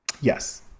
yes